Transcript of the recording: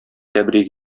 тәбрик